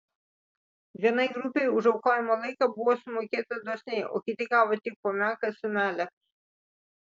vienai grupei už aukojamą laiką buvo sumokėta dosniai o kiti gavo tik po menką sumelę